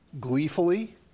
gleefully